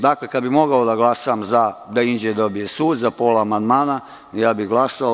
Dakle, kada bih mogao da glasam za da Inđija dobije sud, za pola amandmana, ja bih glasao.